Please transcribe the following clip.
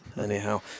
anyhow